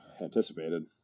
anticipated